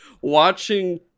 watching